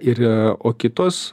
ir o kitos